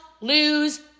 lose